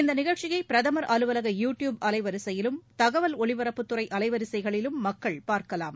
இந்த நிகழ்ச்சியை பிரதமர் அலுவலக யூ டியூப் அலைவரிசையிலும் தகவல் ஒலிபரப்புத்துறை அலைவரிசைகளிலும் மக்கள் பார்க்கலாம்